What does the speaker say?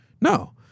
No